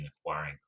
acquiring